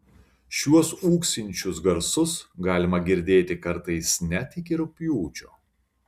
šiuos ūksinčius garsus galima girdėti kartais net iki rugpjūčio